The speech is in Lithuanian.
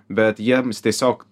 bet jiems tiesiog